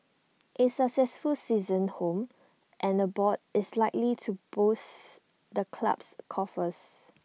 A successful season home and the abroad is likely to boost the club's coffers